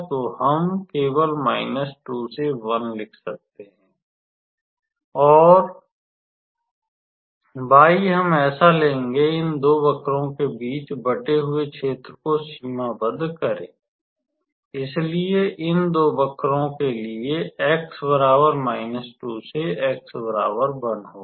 तो हम केवल 2 से 1 लिख सकते हैं और y हम ऐसा लेंगे इन दो वक्रों के बीच बँटे हुए क्षेत्र को सीमाबद्ध करे इसलिए इन दो वक्रों के लिए x 2 से x 1 होगा